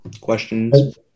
questions